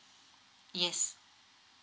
yes